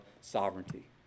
sovereignty